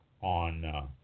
on